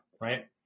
right